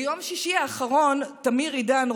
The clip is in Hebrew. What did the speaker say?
ביום שישי האחרון תמיר עידאן,